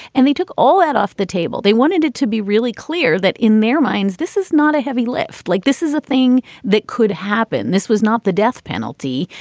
and they took all that off the table. they wanted it to be really clear that in their minds, this is not a heavy lift, like this is a thing that could happen. this was not the death penalty.